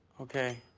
okay,